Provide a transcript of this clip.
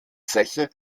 zeche